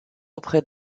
auprès